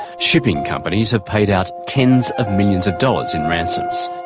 shipping companies have paid out tens of millions of dollars in ransoms.